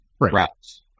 routes